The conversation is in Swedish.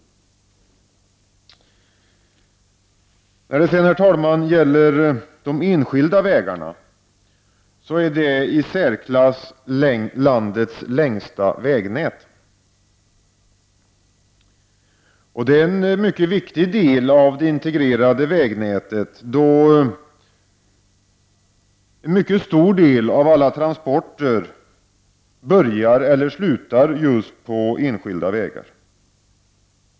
Herr talman! De enskilda vägarna utgör landets i särklass längsta vägnät. Det är en mycket viktig del av det integrerade vägnätet. En mycket stor del av alla transporter börjar eller slutar just på enskilda vägar.